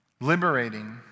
liberating